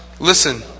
Listen